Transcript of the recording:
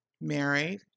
married